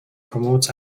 promotes